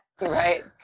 right